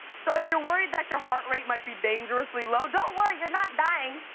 so, if you're worried that your heart rate might be dangerously low, don't worry. you're not dying.